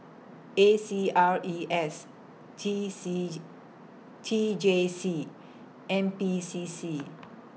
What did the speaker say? A C R E S T C J T J C N P C C